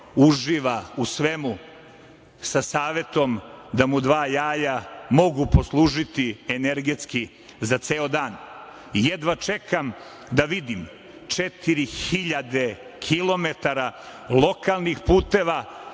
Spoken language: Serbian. uživa u svemu, sa savetom da mu dva jaja mogu poslužiti energetski za ceo dan. Jedva čekam da vidim četiri hiljade